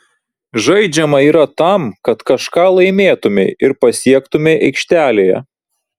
žaidžiama yra tam kad kažką laimėtumei ir pasiektumei aikštelėje